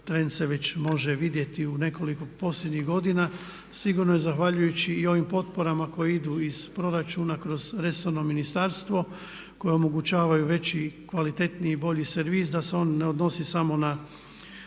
tren se već može vidjeti u nekoliko posljednjih godina sigurno je zahvaljujući i ovim potporama koje idu iz proračuna kroz resorno ministarstvo koje omogućavaju veći, kvalitetniji i bolji servis da se on ne odnosi samo na